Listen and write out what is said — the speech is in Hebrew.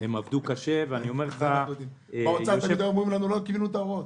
הם עבדו קשה -- באוצר תמיד אמרו לי שהם לא קיבלו את ההוראות.